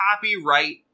Copyright